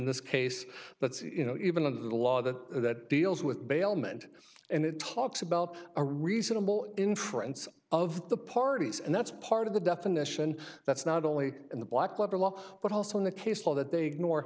this case but you know even under the law that deals with bailment and it talks about a reasonable inference of the parties and that's part of the definition that's not only in the black letter law but also in the case law that they ignore